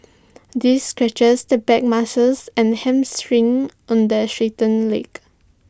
this stretches the back muscles and hamstring on the straightened leg